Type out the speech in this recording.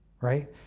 right